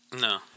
No